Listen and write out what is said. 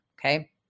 Okay